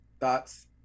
Thoughts